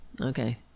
Okay